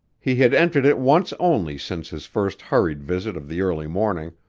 he had entered it once only since his first hurried visit of the early morning,